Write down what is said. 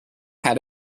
had